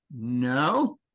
no